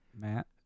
Matt